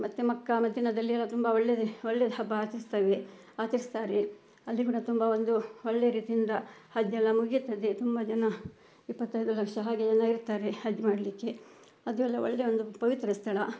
ಮತ್ತೆ ಮೆಕ್ಕಾ ಮದೀನಾದಲ್ಲಿ ಎಲ್ಲ ತುಂಬ ಒಳ್ಳೇದೆ ಒಳ್ಳೆ ಹಬ್ಬ ಆಚರಿಸ್ತೇವೆ ಆಚರಿಸ್ತಾರೆ ಅಲ್ಲಿ ಕೂಡ ತುಂಬ ಒಂದು ಒಳ್ಳೆ ರೀತಿಯಿಂದ ಹಜ್ ಎಲ್ಲ ಮುಗಿತದೆ ತುಂಬ ಜನ ಇಪ್ಪತ್ತೈದು ಲಕ್ಷ ಹಾಗೆಲ್ಲ ಇರ್ತಾರೆ ಹಜ್ ಮಾಡಲಿಕ್ಕೆ ಅದು ಎಲ್ಲ ಒಳ್ಳೆ ಒಂದು ಪವಿತ್ರ ಸ್ಥಳ